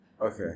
Okay